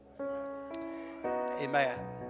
Amen